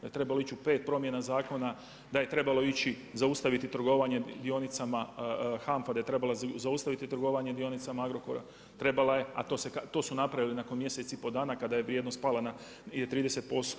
Da je trebalo ići u 5 promjena zakona, da je trebalo ići, zaustaviti trgovanje dionicama HAMFA, da je trebalo zaustaviti trgovanje dionicama Agrokora, trebala je, a to su napravili nakon mjesec i pol dana, kada je vrijednost pala na 30%